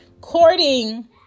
courting